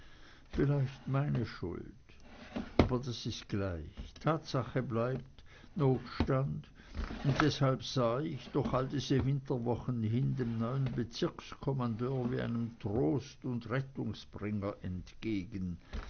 vielleicht meine schuld aber das ist gleich tatsache bleibt notstand und deshalb sah ich durch all diese winterwochen hin dem neuen bezirkskommandeur wie einem trostund rettungsbringer entgegen